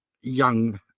young